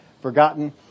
forgotten